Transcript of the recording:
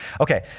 Okay